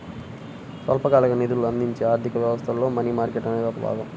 స్వల్పకాలిక నిధులను అందించే ఆర్థిక వ్యవస్థలో మనీ మార్కెట్ అనేది ఒక భాగం